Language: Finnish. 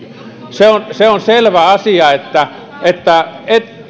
se on se on selvä asia että että